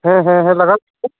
ᱦᱮᱸ ᱦᱮᱸ